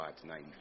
tonight